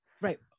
Right